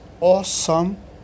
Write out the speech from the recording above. awesome